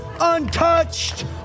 untouched